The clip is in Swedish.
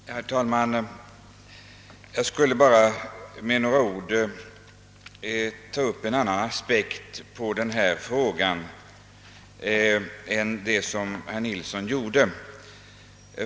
Herr talman! Jag skall bara med några ord ta upp en annan aspekt på denna fråga än herr Nilsson i Östersund gjorde.